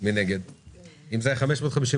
ו-348,565 שקלים חדשים